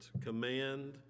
command